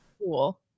Cool